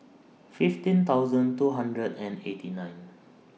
fifteen thousand two hundred and eighty nine